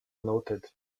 noted